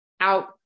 out